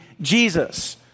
Jesus